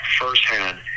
firsthand